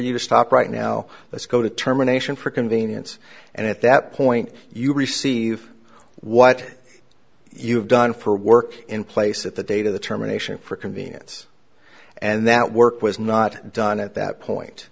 you to stop right now let's go to terminations for convenience and at that point you receive what you've done for work in place at the date of the terminations for convenience and that work was not done at that point